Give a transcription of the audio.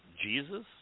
Jesus